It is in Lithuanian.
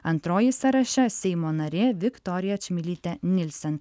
antroji sąraše seimo narė viktorija čmilytė nielsen